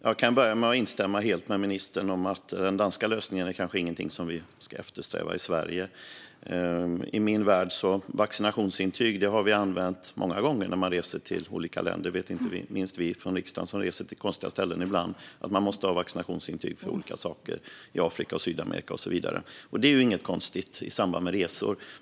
Fru talman! Jag kan börja med att instämma helt med ministern om att den danska lösningen kanske inte är något som vi ska eftersträva i Sverige. Vaccinationsintyg har vi använt många gånger vid resor till olika länder. Det vet inte minst vi i riksdagen, som reser till konstiga ställen ibland. Man måste ha vaccinationsintyg för olika saker i Afrika, Sydamerika och så vidare. Det är inget konstigt i samband med resor.